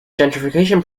gentrification